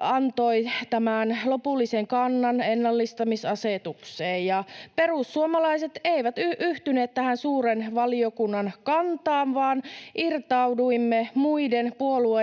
antoi tämän lopullisen kannan ennallistamisasetukseen, ja perussuomalaiset eivät yhtyneet tähän suuren valiokunnan kantaan vaan irtauduimme muiden puolueiden